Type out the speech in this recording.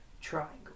triangle